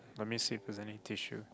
let me see if there's any tissue